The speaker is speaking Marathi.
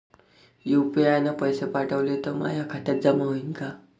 यू.पी.आय न पैसे पाठवले, ते माया खात्यात जमा होईन का?